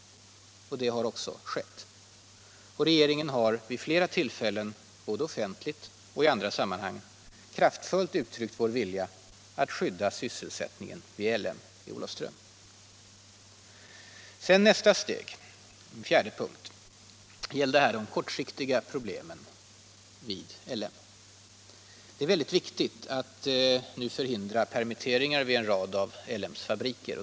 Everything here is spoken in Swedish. Det har också skett. Regeringen har vid flera tillfällen, både offentligt och på annat sätt, kraftfullt uttryckt vår vilja att skydda sysselsättningen vid LM i Olofström. 4. Nästa steg gällde de kortsiktiga problemen vid L M. Det är väldigt viktigt att nu hindra permitteringar vid en rad av L M:s fabriker.